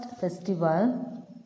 festival